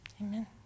amen